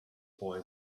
boy